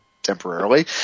Temporarily